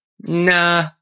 nah